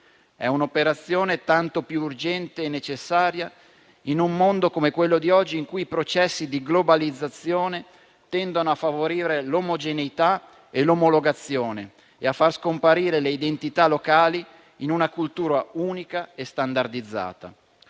È un'operazione tanto più urgente e necessaria in un mondo, come quello di oggi, in cui i processi di globalizzazione tendono a favorire l'omogeneità e l'omologazione e a far scomparire le identità locali in una cultura unica e standardizzata.